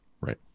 Right